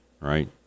right